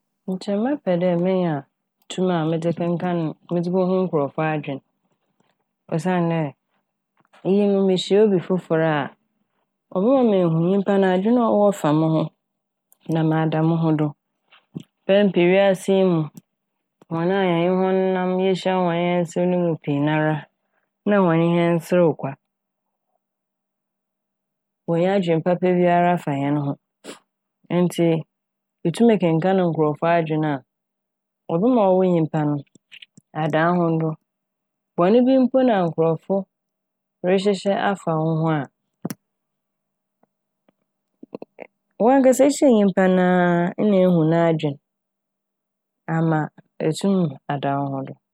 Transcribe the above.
Nkyɛ mɛpɛ dɛ menya tum a medze kenkaan - medze bo hu nkorɔfo adwen osiandɛ iyi no mihyia obi fofor a ɔbɛma mehu nyimpa adwen a ɔwɔ fa mo ho na mada mo ho do. Mpɛn pii wiase yi mu hɔn a yɛne hɔn nam, yehyia hɔn a wɔnye hɛn serew pii nara na wɔnye hɛn serew kwa. Wonnyi adwen papa biara fa hɛn ho ntsi itum kenkaan nkorɔfo adwen a ɔbɛba ɔwo nyimpa no ada wo ho do. Bɔn bi mpo na nkorɔfo rehyehyɛ afa wo ho a,wankasa ehyiaa nyimpa no a na ehu n'adwen ama eetum ada wo ho do.